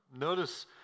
Notice